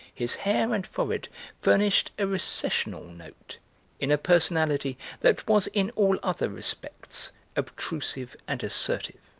his hair and forehead furnished a recessional note in a personality that was in all other respects obtrusive and assertive.